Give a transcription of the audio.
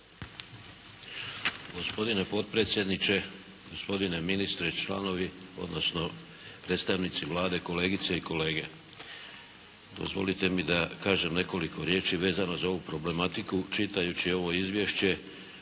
Gospodine potpredsjedniče, gospodine ministre, članovi odnosno predstavnici Vlade, kolegice i kolege! Dozvolite mi da kažem nekoliko riječi vezano za ovu problematiku. Čitajući ovo izvješće